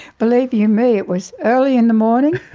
believe you me, it was early in the morning,